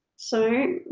so,